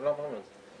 אנחנו לא אומרים את זה.